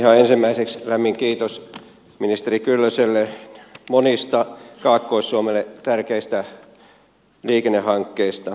ihan ensimmäiseksi lämmin kiitos ministeri kyllöselle monista kaakkois suomelle tärkeistä liikennehankkeista